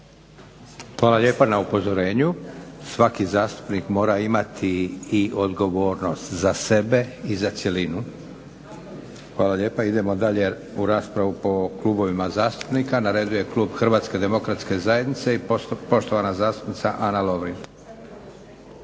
Hvala lijepa na upozorenju. Svaki zastupnik mora imati i odgovornost za sebe i za cjelinu. Hvala lijepa. Idemo dalje u raspravu po klubovima zastupnika. Na redu je klub HDZ-a i poštovana zastupnica Ana Lovrin.